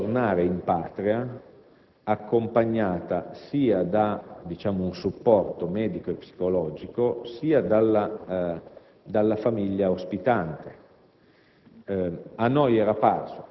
la bambina potesse tornare in patria accompagnata sia da un supporto medico e psicologico sia dalla famiglia ospitante.